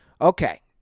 Okay